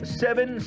seven